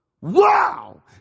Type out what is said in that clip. wow